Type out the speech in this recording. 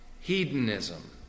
Hedonism